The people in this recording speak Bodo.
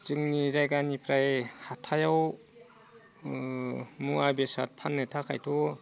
जोंनि जायगानिफ्राय हाथायाव मुवा बेसाद फाननो थाखायथ'